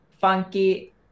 funky